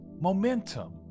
momentum